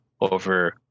over